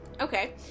Okay